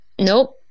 Nope